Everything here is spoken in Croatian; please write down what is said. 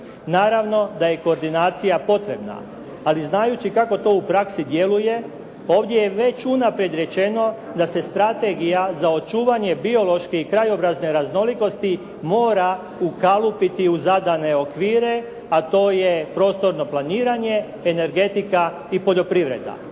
Naravno da je koordinacija potrebna, ali znajući kako to u praksi djeluje, ovdje je već unaprijed rečeno da se strategija za očuvanje biološke i krajobrazne raznolikosti mora ukalupiti u zadane okvire, a to je prostorno planiranje, energetika i poljoprivreda.